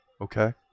Okay